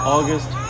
August